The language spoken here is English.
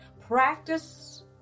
practice